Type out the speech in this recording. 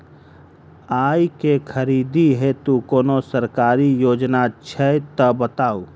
आइ केँ खरीदै हेतु कोनो सरकारी योजना छै तऽ बताउ?